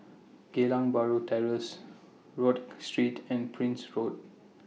Geylang Bahru Terrace Rodyk Street and Prince Road